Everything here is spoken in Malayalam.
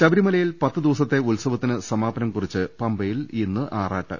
ശബരിമലയിൽ പത്തുദിവസത്തെ ഉത്സവത്തിന് സമാപനംകുറിച്ച് പമ്പയിൽ ഇന്ന് ആറാട്ട്